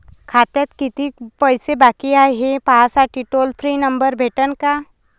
खात्यात कितीकं पैसे बाकी हाय, हे पाहासाठी टोल फ्री नंबर भेटन का?